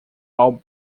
all